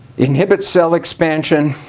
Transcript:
inhibit cell expansion.